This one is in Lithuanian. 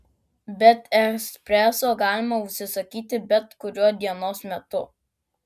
bet espreso galima užsisakyti bet kuriuo dienos metu